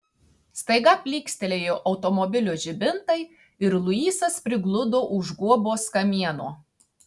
staiga plykstelėjo automobilio žibintai ir luisas prigludo už guobos kamieno